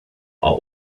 are